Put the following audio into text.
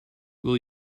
will